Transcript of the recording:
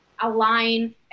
align